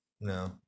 No